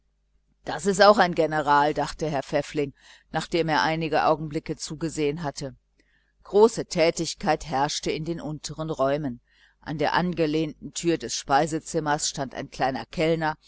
das ist auch ein general dachte herr pfäffling nachdem er einige augenblicke zugesehen hatte große tätigkeit herrschte in den untern räumen an der angelehnten türe des speisezimmers stand ein kleiner kellner